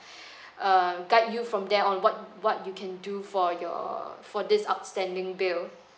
uh guide you from there on what what you can do for your for this outstanding bill